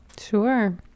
sure